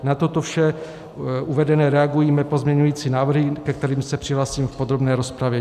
Na toto vše uvedené reagují mé pozměňovací návrhy, ke kterým se přihlásím v podrobné rozpravě.